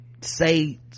say